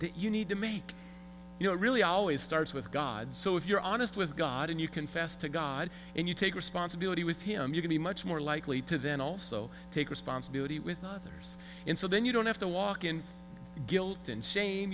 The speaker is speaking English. that you need to make you know really always starts with god so if you're honest with god and you confess to god and you take responsibility with him you can be much more likely to then also take responsibility with others and so then you don't have to walk in guilt and shame